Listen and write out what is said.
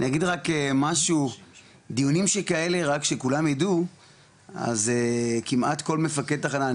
אני אגיד רק משהו דיונים שכאלה רק שכולם ידעו אז כמעט כל מפקד תחנה,